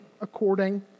according